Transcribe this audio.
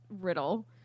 Riddle